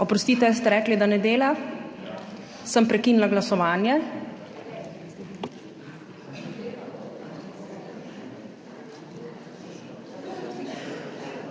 Oprostite, ste rekli, da ne dela. Sem prekinila glasovanje.